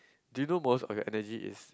do you know most of your energy is